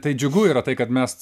tai džiugu yra tai kad mes